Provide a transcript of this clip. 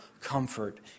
comfort